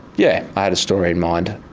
yeah, i had a story in mind.